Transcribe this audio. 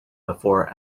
before